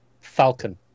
falcon